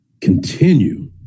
continue